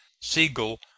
siegel